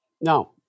No